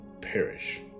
perish